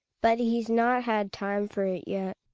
but he's not had time for it yet.